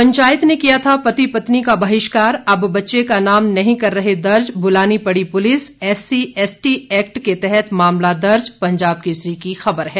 पंचायत ने किया था पति पत्नी का बहिष्कार अब बच्चे का नाम नहीं कर रहे दर्ज बुलानी पड़ी पुलिस एससी एसटी एक्ट के तहत मामला दर्ज पंजाब केसरी की खबर है